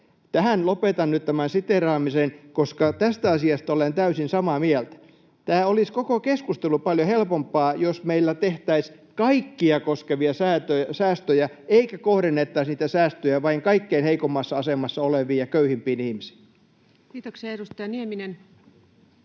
lopetan nyt tämän siteeraamiseen, koska tästä asiasta olen täysin samaa mieltä. Koko keskustelu olisi paljon helpompaa, jos meillä tehtäisiin kaikkia koskevia säästöjä eikä kohdennettaisi niitä säästöjä vain kaikkein heikoimmassa asemassa oleviin ja köyhimpiin ihmisiin. [Speech 181] Speaker: